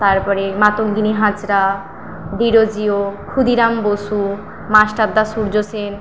তারপরে মাতঙ্গিনী হাজরা ডিরোজিও ক্ষুদিরাম বসু মাস্টারদা সূর্য সেন